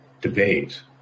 debate